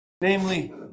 namely